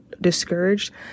discouraged